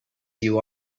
you